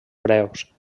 breus